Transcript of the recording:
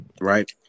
right